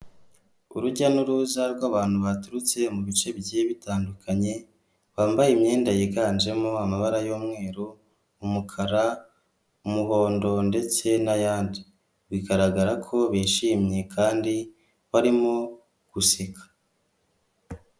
Urujya n'uruza rw'abantu baturutse mu bice bigiye bitandukanye. Bambaye imyenda yiganjemo amabara y'umweru, umukara, umuhondo, ndetse n'ayandi bigaragara ko bishimye kandi barimo guseka.